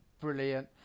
brilliant